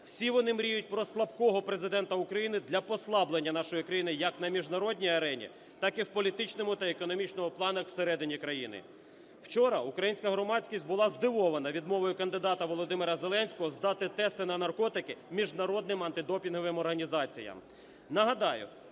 Всі вони мріють про слабкого Президента України для послаблення нашої країни як на міжнародній арені, так і в політичному та економічному планах всередині країни. Вчора українська громадськість була здивована відмовою кандидата Володимира Зеленського здати тести на наркотики міжнародним антидопінговим організаціям.